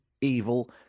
evil